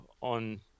on